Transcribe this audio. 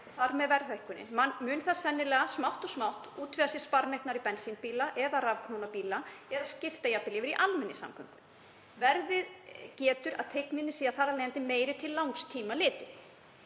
þar með verðhækkunin, mun það sennilega smátt og smátt útvega sér sparneytnari bensínbíla eða rafknúna bíla eða skipta jafnvel yfir í almenningssamgöngur. Verið getur að teygnin sé þar af leiðandi meiri til langs tíma litið.“